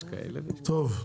יש כאלה ויש כאלה.